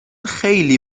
خیلی